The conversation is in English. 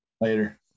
Later